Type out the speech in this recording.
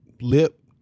lip